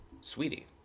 Sweetie